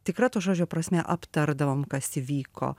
tikra to žodžio prasme aptardavom kas įvyko